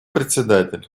председатель